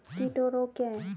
कीट और रोग क्या हैं?